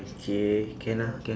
okay can ah can